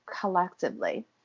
collectively